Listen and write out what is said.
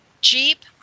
jeep